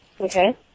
Okay